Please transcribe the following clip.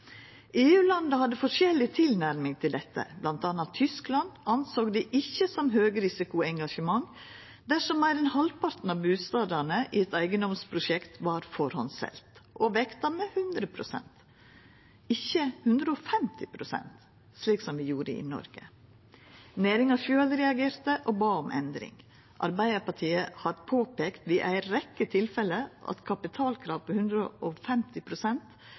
hadde forskjellig tilnærming til dette. Blant anna Tyskland såg ikkje på det som høgrisikoengasjement dersom meir enn halvparten av bustadene i eit eigedomsprosjekt var førehandsseld, og vekta med 100 pst., ikkje 150 pst., slik som vi gjorde i Noreg. Næringa sjølv reagerte og bad om endring. Arbeidarpartiet har påpeika ved ei rekkje tilfelle at kapitalkrav på